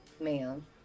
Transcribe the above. ma'am